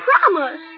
promise